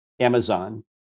Amazon